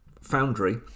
Foundry